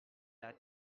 date